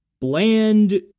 bland